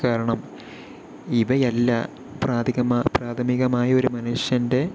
കാരണം ഇവയല്ല പ്രാധകിമ പ്രാഥമികമായ ഒരു മനുഷ്യൻ്റെ